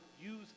use